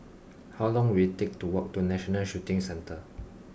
how long will it take to walk to National Shooting Centre